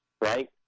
right